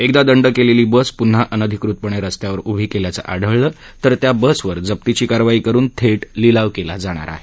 एकदा दंड केलेली बस पून्हा अनधिकृतपणे रस्त्यावर उभी केल्याचं आढळलं तर त्या बसवर जप्तीची कारवाई करून थे लिलाव केला जाणार आहे